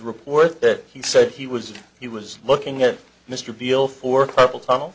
report that he said he was he was looking at mr beale for carpal tunnel